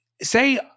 say